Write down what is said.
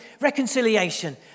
reconciliation